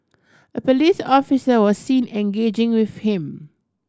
a police officer was seen engaging with him